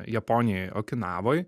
japonijoj okinavoj